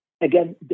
Again